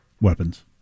weapons